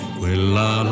quella